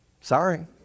sorry